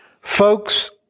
Folks